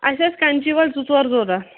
اَسہِ ٲسۍ کَنچی وٲلۍ زٕ ژور ضروٗرت